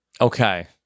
Okay